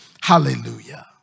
hallelujah